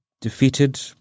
Defeated